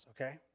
okay